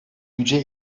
güce